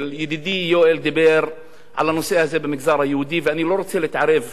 ידידי יואל דיבר על הנושא הזה במגזר היהודי ואני לא רוצה להתערב שם,